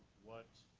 what